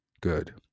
good